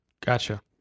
gotcha